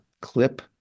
clip